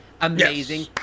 amazing